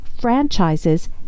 franchises